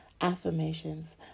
Affirmations